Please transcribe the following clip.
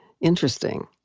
interesting